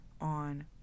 on